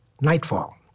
nightfall